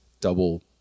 double